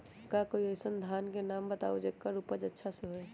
का कोई अइसन धान के नाम बताएब जेकर उपज अच्छा से होय?